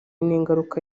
n’ingaruka